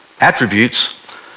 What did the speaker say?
attributes